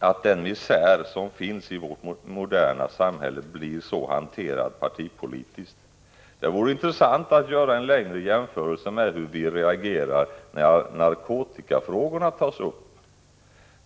att den misär som finns i vårt moderna samhälle blir så hanterad i partipolitiken. Det vore intressant att göra en 41 längre jämförelse med hur vi reagerar när narkotikafrågorna tas upp.